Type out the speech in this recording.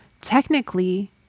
Technically